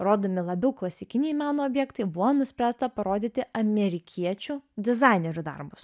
rodomi labiau klasikiniai meno objektai buvo nuspręsta parodyti amerikiečių dizainerių darbus